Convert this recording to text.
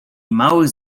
małych